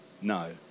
No